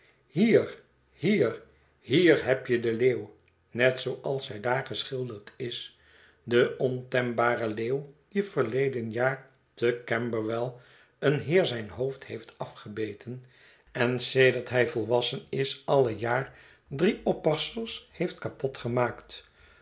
hier hier hier heb je den leeuw net zooals hij daar geschilderd is den ontembaren leeuw die verleden jaar te camberwell een heer zijn hoofd heeft afgebeten en sedert hij volwassen is alie jaar drie oppassers heeft kapot gemaakt